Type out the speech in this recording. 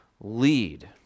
lead